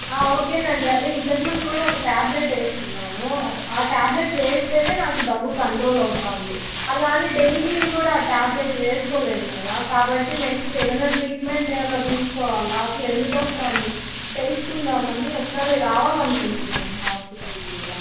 okay um డి అదే ఇంతకుముందు కూడా ఒక ట్యాబ్లెట్ వేసుకున్నాను అద్ ఆ ట్యాబ్లెట్ వేస్తే నాకు దగ్గు కంట్రోల్ అవుతు ఉంది అలా అని డైలీ కూడా ఆ ట్యాబ్లెట్ వేసుకోలేను కదా కాబట్టి నెక్స్ట్ ఏదన్న ట్రీట్మెంట్ ఏమన్న తీసుకోవాలా అసలు ఎందుకు వస్తుంది తెలుసుకుందామని ఒకసారి రావాలి అనుకుంటున్నాను హాస్పిటల్కి కూడా